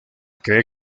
cree